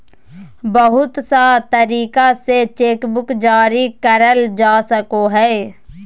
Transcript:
बहुत सा तरीका से चेकबुक जारी करल जा सको हय